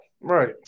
Right